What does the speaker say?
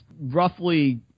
roughly